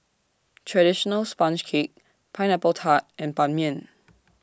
Traditional Sponge Cake Pineapple Tart and Ban Mian